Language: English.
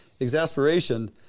exasperation